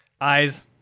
Eyes